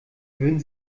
würden